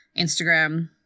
instagram